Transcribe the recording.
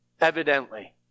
evidently